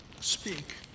speak